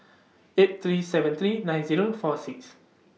eight three seven three nine Zero four six